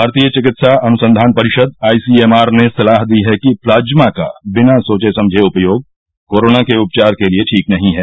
भारतीय चिकित्सा अनुसंधान परिषद आई सी एम आर ने सलाह दी है कि प्लाज्मा का बिना सोचे समझे उपयोग कोरोना के उपचार के लिए ठीक नहीं है